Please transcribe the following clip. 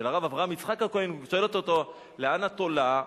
של הרב אברהם יצחק הכהן, שואלת אותה: לאן את עולה?